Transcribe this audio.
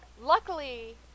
luckily